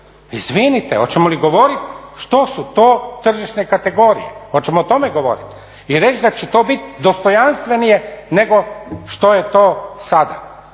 Izvinite, hoćemo li govoriti što su to tržišne kategorije, hoćemo o tome govoriti? I reći da će to biti dostojanstvenije nego što je to sada?